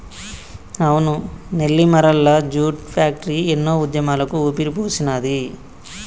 అవును Nellimarla jute factory ఎన్నో ఉద్యమాలకు ఊపిరిపోసినాది